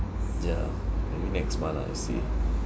ya maybe next month lah I see